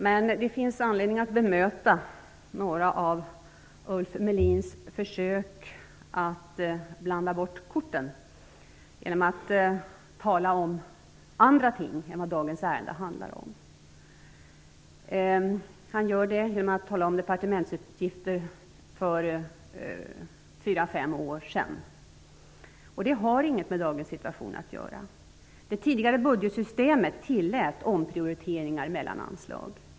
Men det finns anledning att bemöta några av Ulf Melins försök att blanda bort korten genom att tala om andra ting än de som dagens ärende handlar om. Han gör det genom att tala om departementsutgifter för fyra fem år sedan. Det har inget med dagens situation att göra. Det tidigare budgetsystemet tillät omprioriteringar mellan anslag.